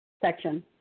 section